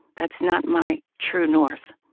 that's not my true north.